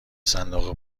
صندوق